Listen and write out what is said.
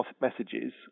messages